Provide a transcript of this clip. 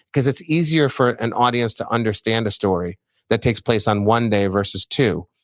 because it's easier for an audience to understand a story that takes place on one day versus two.